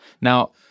Now